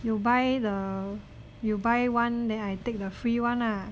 you buy the you buy one then I take the free [one] ah